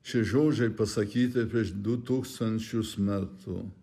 šie žodžiai pasakyti prieš du tūkstančius metų